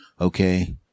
Okay